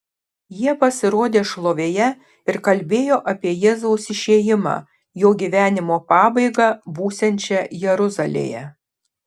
jie pasirodė šlovėje ir kalbėjo apie jėzaus išėjimą jo gyvenimo pabaigą būsiančią jeruzalėje